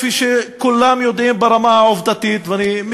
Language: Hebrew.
כפי שכולם יודעים ברמה העובדתית ואם